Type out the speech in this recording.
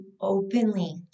openly